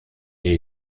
die